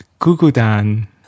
Gugudan